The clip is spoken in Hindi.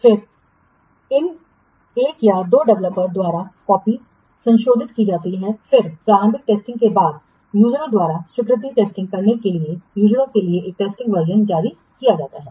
फिर इन एक या दो डेवलपर्स द्वारा कॉपी संशोधित की जाती हैं फिर प्रारंभिक टेस्टिंग के बाद यूजरओं द्वारा स्वीकृति टेस्टिंग करने के लिए यूजरओं के लिए एक टेस्टिंग वर्जनजारी किया जाता है